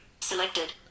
Selected